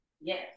Yes